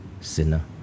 sinner